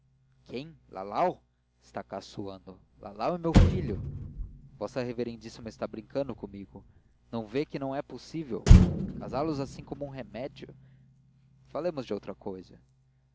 quem lalau está caçoando lalau e meu filho vossa reverendíssima está brincando comigo não vê que não é possível casá-los assim como um remédio falemos de outra cousa